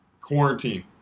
quarantine